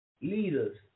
Leaders